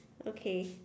okay